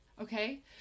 Okay